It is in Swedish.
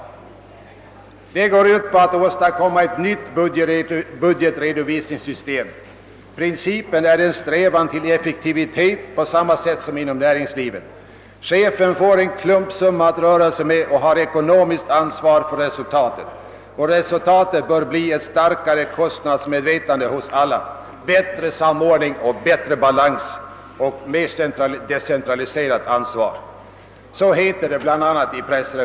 Enligt pressreferaten är principen för detta system en strävan till effektivitet på samma sätt som inom näringslivet. Chefen får en klumpsumma att röra sig med och har ekonomiskt ansvar för resultatet, vilket bör medföra ett starkare kostnadsmedvetande hos alla, bättre samordning, större balans och decentraliserat ansvar.